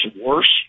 worse